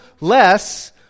less